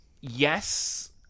yes